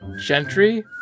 Gentry